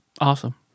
Awesome